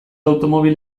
automobil